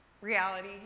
reality